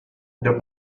the